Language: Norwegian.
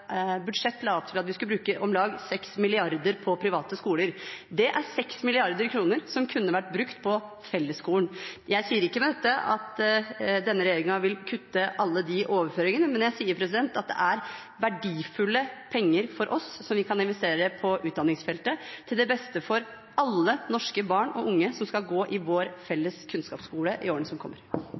budsjett la opp til at vi skulle bruke om lag 6 mrd. kr på private skoler. Det er 6 mrd. kr som kunne vært brukt på fellesskolen. Jeg sier ikke med dette at denne regjeringen vil kutte alle de overføringene, men jeg sier at det er verdifulle penger for oss, som vi kan investere på utdanningsfeltet til beste for alle norske barn og unge som skal gå i vår felles kunnskapsskole i årene som kommer.